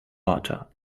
butter